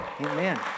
Amen